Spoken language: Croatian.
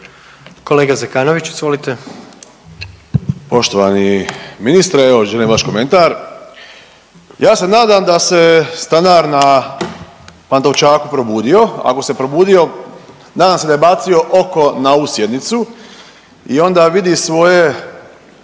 **Zekanović, Hrvoje (HDS)** Poštovani ministre, evo želim vaš komentar. Ja se nadam da se stanar na Pantovčaku probudio, ako se probudio, nadam se da je bacio oko na ovu sjednicu i onda vidi svoje